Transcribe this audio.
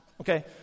okay